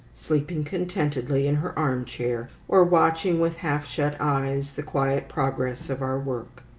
sleeping contentedly in her armchair, or watching with half-shut eyes the quiet progress of our work.